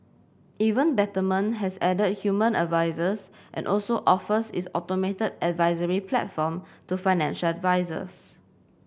even Betterment has added human advisers and also offers its automated advisory platform to financial advisers